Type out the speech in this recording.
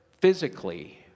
physically